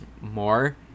more